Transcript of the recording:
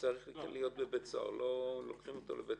וצריך להיות בבית-סוהר לא לוקחים אותו לבית